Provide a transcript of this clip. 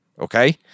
Okay